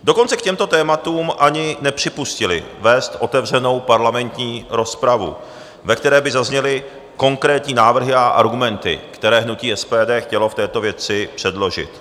Dokonce k těmto tématům ani nepřipustili vést otevřenou parlamentní rozpravu, ve které by zazněly konkrétní návrhy a argumenty, které hnutí SPD chtělo v této věci předložit.